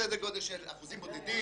סדר גודל של אחוזים בודדים.